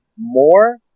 more